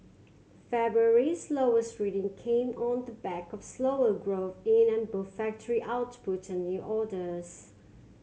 February's lowers reading came on the back of slower growth in an both factory output and new orders